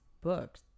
books